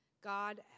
God